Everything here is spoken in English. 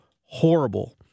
horrible